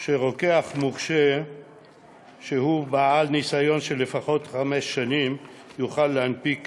שרוקח מורשה שהוא בעל ניסיון של לפחות חמש שנים יוכל להנפיק